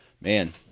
Man